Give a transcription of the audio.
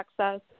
access